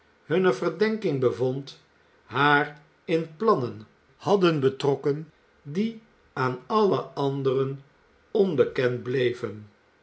hunner verdenking bevond haar in plannen hadden betrokken die aan alle anderen onbekend bleven